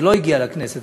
זה לא הגיע לכנסת,